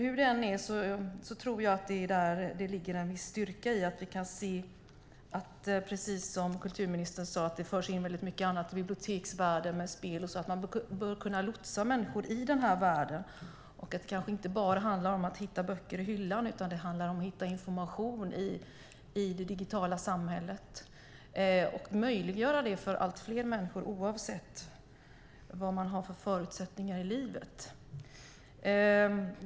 Hur det än är tror jag nämligen att det är där det ligger en viss styrka, att vi precis som kulturministern sade kan se att det förs in väldigt mycket annat i biblioteksvärlden, såsom spel. Man bör kunna lotsa människor i den världen. Det handlar kanske inte bara om att hitta böcker i hyllan utan om att hitta information i det digitala samhället och möjliggöra detta för allt fler människor oavsett vad de har för förutsättningar i livet.